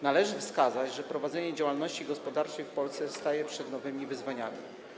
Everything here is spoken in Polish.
Należy wskazać, że prowadzenie działalności gospodarczej w Polsce staje przed nowymi wyzwaniami.